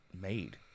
made